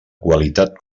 qualitat